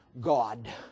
God